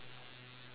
ya